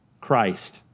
Christ